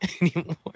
anymore